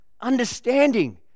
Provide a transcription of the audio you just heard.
understanding